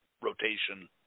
rotation